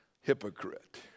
Hypocrite